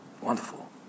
Wonderful